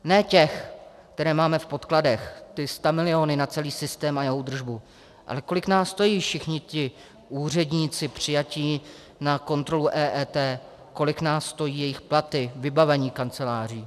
Ne těch, které máme v podkladech, ty stamiliony na celý systém a jeho údržbu, ale kolik nás stojí všichni ti úředníci přijatí na kontrolu EET, kolik nás stojí jejich platy, vybavení kanceláří.